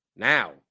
Now